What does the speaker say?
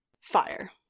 fire